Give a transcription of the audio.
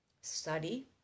study